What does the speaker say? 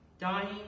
dying